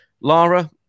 Lara